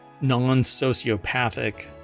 non-sociopathic